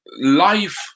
life